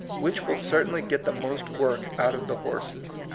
which will certainly get the most work out of the horses?